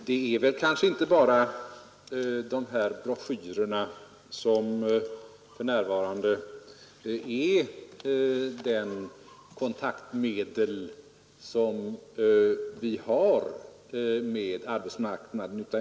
Herr talman! De nämnda broschyrerna är inte det enda kontaktmedel med arbetsmarknaden som vi för närvarande har.